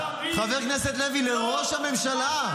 חבר הכנסת לוי, לראש הממשלה.